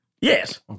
Yes